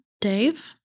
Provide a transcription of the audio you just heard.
Dave